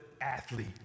athlete